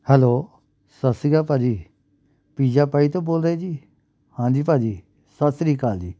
hello ਸਤਿ ਸ਼੍ਰੀ ਅਕਾਲ ਭਾਅ ਜੀ ਪੀਜ਼ਾ ਪੱਜ ਤੋਂ ਬੋਲਦੇ ਜੀ ਹਾਂਜੀ ਭਾਅ ਜੀ ਸਤਿ ਸ਼੍ਰੀ ਅਕਾਲ ਜੀ